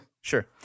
sure